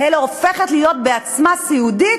אלא הופכת להיות בעצמה סיעודית,